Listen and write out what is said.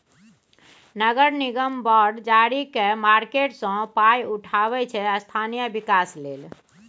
नगर निगम बॉड जारी कए मार्केट सँ पाइ उठाबै छै स्थानीय बिकास लेल